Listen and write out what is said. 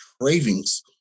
cravings